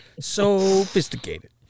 Sophisticated